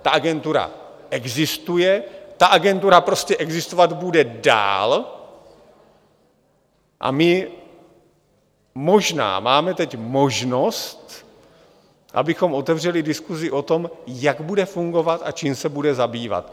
Ta Agentura existuje, ta Agentura prostě existovat bude dál a my možná máme teď možnost, abychom otevřeli diskusi o tom, jak bude fungovat a čím se bude zabývat.